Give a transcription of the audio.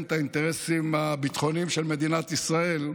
את האינטרסים הביטחוניים של מדינת ישראל.